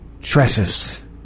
Tresses